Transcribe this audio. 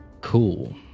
cool